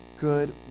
good